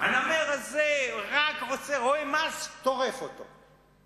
הנמר הזה, רק רואה מס, טורף אותו.